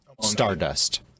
stardust